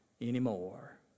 anymore